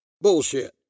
Bullshit